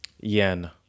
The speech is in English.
Yen